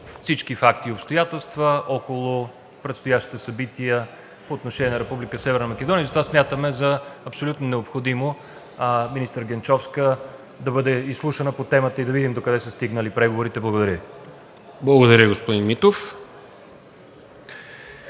всички факти и обстоятелства около предстоящите събития по отношение на Република Северна Македония. Затовя смятаме за абсолютно необходимо министър Генчовска да бъде изслушана по темата и да видим докъде са стигнали преговорите. Благодаря Ви.